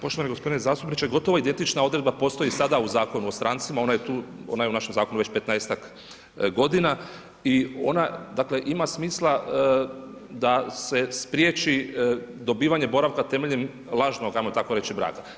Poštovani gospodine zastupniče gotovo identična odredba postoji sada u Zakonu o strancima, ona je tu, ona je u našem zakonu već 15-tak godina i ona dakle ima smisla da se spriječi dobivanje boravka temeljem lažnog ajmo tako reći braka.